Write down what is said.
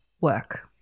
work